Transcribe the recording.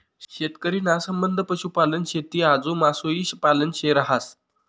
शेतकरी ना संबंध पशुपालन, शेती आजू मासोई पालन शे रहास